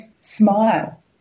smile